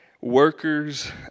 Workers